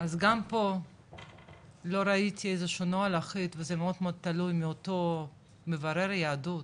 אז גם פה לא ראיתי איזשהו נוהל אחיד וזה מאוד תלוי מאותו מברר יהדות,